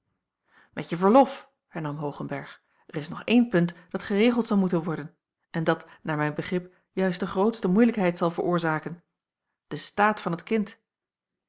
met je verlof hernam hoogenberg er is nog één punt dat geregeld zal moeten worden en dat naar mijn begrip juist de grootste moeilijkheid zal veroorzaken de staat van het kind